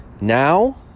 Now